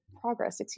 progress